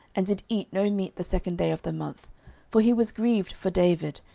and did eat no meat the second day of the month for he was grieved for david,